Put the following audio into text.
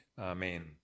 Amen